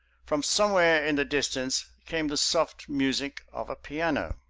from somewhere in the distance came the soft music of a piano.